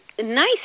nice